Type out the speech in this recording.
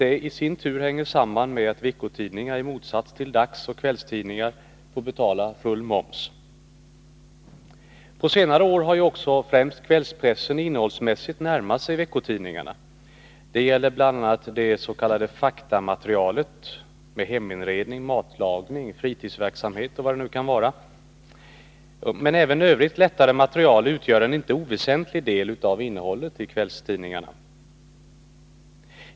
Det hänger i sin tur samman med att veckotidningar, i motsats till 24 maj 1982 dagsoch kvällstidningar, får betala full moms. På senare år har främst kvällspressen innehållsmässigt närmat sig Om viss momsveckotidningarna. Det gäller bl.a. det s.k. faktamaterialet med artiklar om befrielse för perioheminredning, matlagning, fritidsverksamhet och vad det nu kan vara. Även — disk skrift övrigt lättare material utgör en icke oväsentlig del av innehållet i kvällspressen.